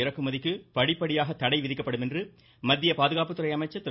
இறக்குமதிக்கு படிப்படியாக தடை விதிக்கப்படும் என மத்திய பாதுகாப்புத்துறை அமைச்சர் திரு